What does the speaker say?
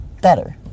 better